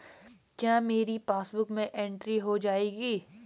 क्या मेरी पासबुक में एंट्री हो जाएगी?